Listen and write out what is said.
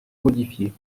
modifiées